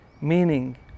meaning